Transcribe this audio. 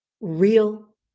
real